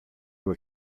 were